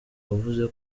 wavuze